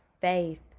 faith